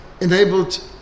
enabled